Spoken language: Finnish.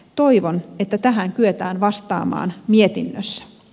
toivon että tähän kyetään vastaamaan mietinnössä